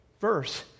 verse